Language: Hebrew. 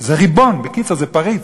זה ריבון, בקיצור, זה פריץ,